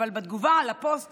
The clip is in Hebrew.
אבל בתגובה על הפוסט